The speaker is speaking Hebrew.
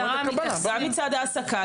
גם מצד העסקה,